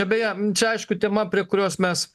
beje čia aišku tema prie kurios mes